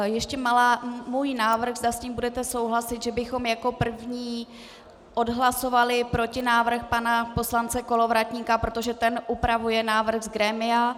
Ještě můj návrh, zda s tím budete souhlasit, že bychom jako první odhlasovali protinávrh pana poslance Kolovratníka, protože ten upravuje návrh z grémia.